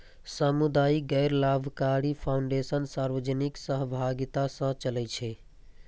सामुदायिक गैर लाभकारी फाउंडेशन सार्वजनिक सहभागिता सं चलै छै